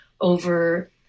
over